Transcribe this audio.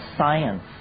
Science